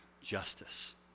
justice